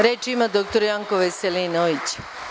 Reč ima dr Janko Veselinović.